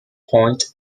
point